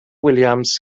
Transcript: williams